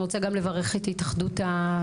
אני רוצה גם לברך את התאחדות הסטודנטים.